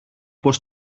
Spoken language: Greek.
πώς